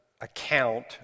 account